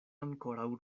ankoraŭ